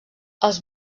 els